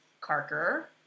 Carker